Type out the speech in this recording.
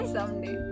Someday